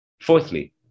Fourthly